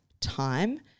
time